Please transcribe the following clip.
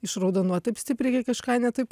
išraudonuot taip stipriai kai kažką ne taip